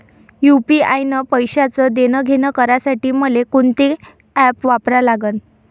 UPI न पैशाचं देणंघेणं करासाठी मले कोनते ॲप वापरा लागन?